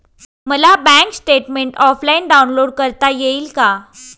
मला bank statement offline download करता येईल का?